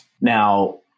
Now